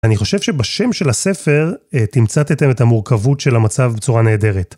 אני חושב שבשם של הספר תמצתתם את המורכבות של המצב בצורה נהדרת.